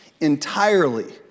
entirely